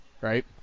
right